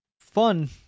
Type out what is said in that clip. Fun